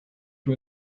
two